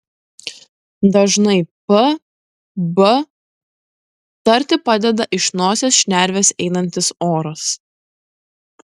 dažnai p b tarti padeda iš nosies šnervės einantis oras